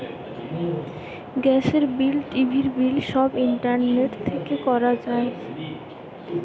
গ্যাসের বিল, টিভির বিল সব ইন্টারনেট থেকে করা যায়টে